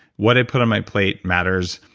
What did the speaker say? what i put on my plate matters,